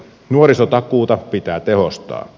nuorisotakuuta pitää tehostaa